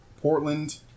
Portland